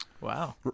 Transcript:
Wow